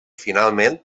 finalment